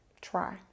try